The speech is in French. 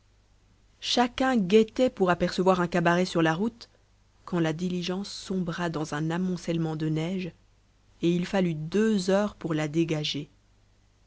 chacun guettait pour apercevoir un cabaret sur la route quand la diligence sombra dans un amoncellement de neige et il fallut deux heures pour la dégager